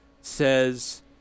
says